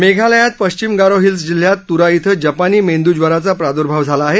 मेघालयात पश्चिम गारो हिल्स जिल्ह्यात तुरा इथं जपानी मेंदूज्वराचा प्राद्र्भाव झाला आहे